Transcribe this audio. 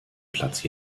platz